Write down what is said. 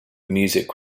music